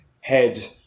head